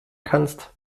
kannst